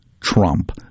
Trump